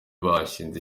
bashinze